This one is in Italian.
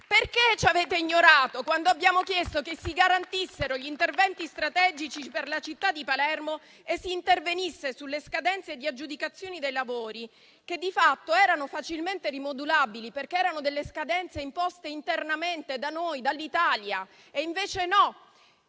Perché ci avete ignorati quando abbiamo chiesto che si garantissero gli interventi strategici per la città di Palermo e si intervenisse sulle scadenze di aggiudicazioni dei lavori che di fatto erano facilmente rimodulabili, perché erano delle scadenze imposte internamente dall'Italia? E invece no: